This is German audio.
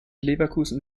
leverkusen